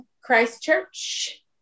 Christchurch